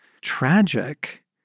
tragic